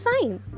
fine